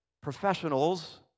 professionals